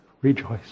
Rejoice